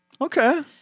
Okay